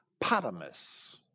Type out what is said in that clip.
potamus